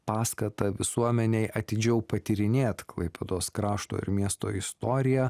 paskata visuomenei atidžiau patyrinėt klaipėdos krašto ir miesto istoriją